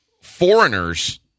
foreigners